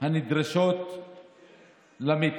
הנדרשות למטרו,